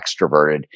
extroverted